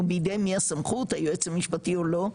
כלומר בידי מי הסמכות היועץ המשפטי או לא,